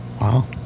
Wow